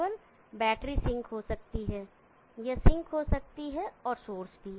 केवल battery sink हो सकती है यह सिंक हो सकती है और सोर्स भी